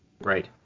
right